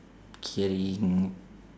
carrying